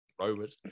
Robert